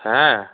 হ্যাঁ